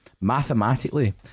mathematically